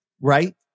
right